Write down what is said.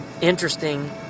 interesting